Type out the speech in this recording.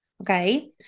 okay